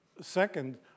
second